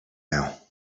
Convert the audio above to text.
now